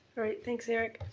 right, thanks eric.